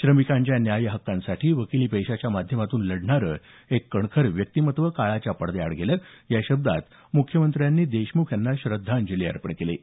श्रमिकांच्या न्याय्य हक्कासाठी वकिली पेशाच्या माध्यमातून लढणारं एक कणखर व्यक्तिमत्त्व काळाच्या पडद्याआड गेलं या शब्दांत मुख्यमंत्र्यांनी देशमुख यांना श्रद्धांजली अर्पण केली आहे